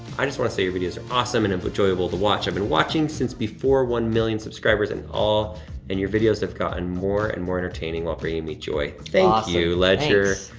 i just wanna say your videos are awesome and and enjoyable to watch. i've been watching since before one million subscribers and all and your videos have gotten more and more entertaining while bringing me joy. thank you, ledger.